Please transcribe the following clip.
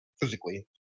physically